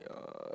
uh